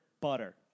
butter